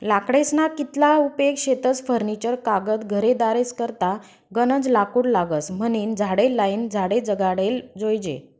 लाकडेस्ना कितला उपेग शेतस फर्निचर कागद घरेदारेस करता गनज लाकूड लागस म्हनीन झाडे लायीन झाडे जगाडाले जोयजे